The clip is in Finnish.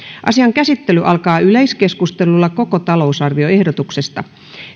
asian käsittely alkaa yleiskeskustelulla koko talousarvioehdotuksesta